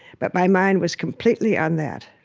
but my mind was completely on that.